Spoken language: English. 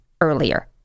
earlier